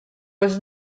was